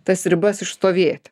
tas ribas išstovėt